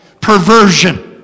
perversion